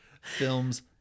films